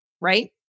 right